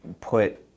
put